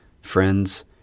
friends